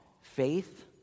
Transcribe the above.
faith